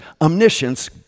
Omniscience